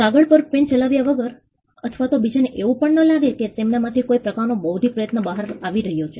કાગળ પર પેન ચલાવ્યા વગર અથવા તો બીજાને એવું પણ ન લાગે કે તેમનામાંથી કોઈક પ્રકારનો બૌદ્ધિક પ્રયત્ન બહાર આવી રહ્યો છે